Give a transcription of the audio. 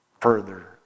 further